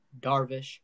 Darvish